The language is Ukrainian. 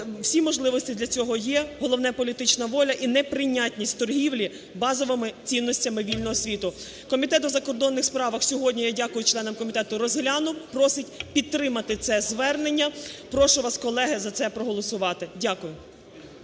всі можливості для цього є, головне – політична воля і неприйнятність торгівлі базовими цінностями вільного світу. Комітет у закордонних справах сьогодні, я дякую членам комітету, розглянув, просить підтримати це звернення. Прошу вас, колеги, за це проголосувати. Дякую.